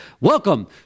Welcome